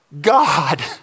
God